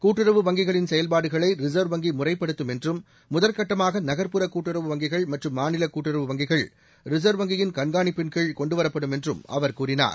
கூட்டுறவு வங்கிகளின் செயல்பாடுகளை ரிசர்வ் வங்கி முறைப்படுத்தும் என்றும் முதல்கட்டமாக நகர்ப்புற கூட்டுறவு வங்கிகள் மற்றும் மாநில கூட்டுறவு வங்கிகள் ரிசர்வ் வங்கியின் கண்காணிப்பின் கீழ் கொண்டுவரப்படும் என்று அவர் கூறினார்